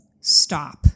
stop